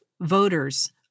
voters